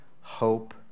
hope